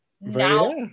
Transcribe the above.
now